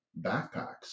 backpacks